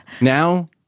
now